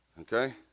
Okay